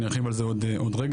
אני ארחיב על זה עוד רגע.